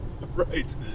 Right